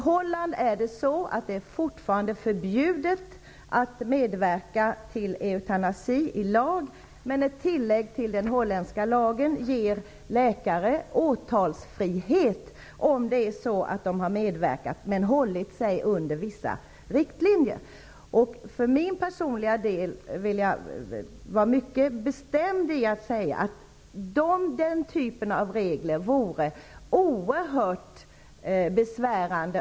Där är det fortfarande i lag förbjudet att medverka till eutanasi, men ett tillägg till lagen ger läkare åtalsfrihet om de har medverkat men hållit sig inom vissa riktlinjer. För min personliga del vill jag mycket bestämt säga att den typen av regler vore oerhört besvärande.